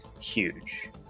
huge